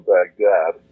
Baghdad